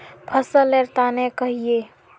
फसल लेर तने कहिए?